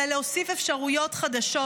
אלא להוסיף אפשרויות חדשות,